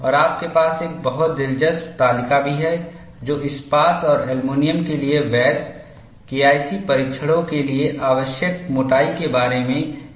और आपके पास एक बहुत दिलचस्प तालिका भी है जो इस्पात और एल्यूमीनियम के लिए वैध केआईसी परीक्षणों के लिए आवश्यक मोटाई के बारे में एक विचार देती है